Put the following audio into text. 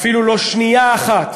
אפילו לא לשנייה אחת,